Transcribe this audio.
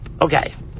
Okay